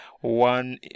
one